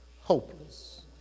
hopeless